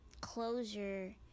closure